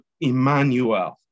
Emmanuel